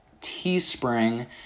Teespring